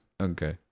Okay